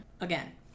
again